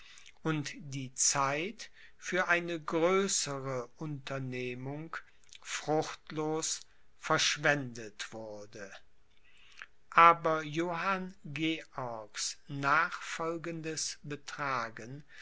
und die zeit für eine größere unternehmung fruchtlos verschwendet wurde aber johann georgs nachfolgendes betragen